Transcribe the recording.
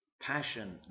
passion